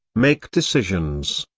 make decisions,